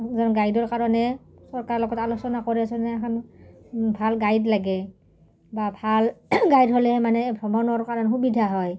গাইডৰ কাৰণে চৰকাৰৰ লগত আলোচনা কৰে এখন ভাল গাইড লাগে বা ভাল গাইড হ'লেহ মানে ভ্ৰমণৰ কাৰণে সুবিধা হয়